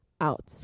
out